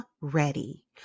ready